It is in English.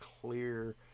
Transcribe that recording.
clear